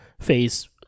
Phase